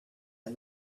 and